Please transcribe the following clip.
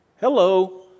Hello